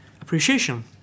appreciation